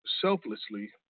selflessly